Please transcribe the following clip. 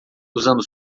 usando